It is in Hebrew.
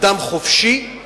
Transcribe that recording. אדם חופשי,